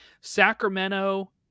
Sacramento